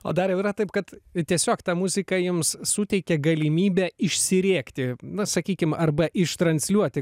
o dariau yra taip tiesiog ta muzika jums suteikia galimybę išsirėkti na sakykim arba ištransliuoti